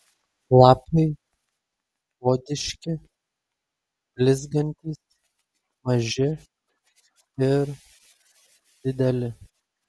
lapai odiški blizgantys maži ir dideli